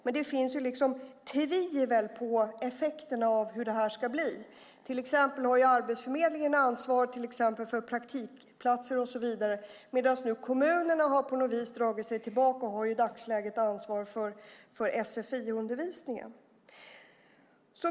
Men det finns tvivel om effekterna av hur detta ska bli. Arbetsförmedlingen har ansvar till exempel för praktikplatser och så vidare medan kommunerna nu på något vis har dragit sig tillbaka och i dagsläget har ansvar för sfi-undervisningen.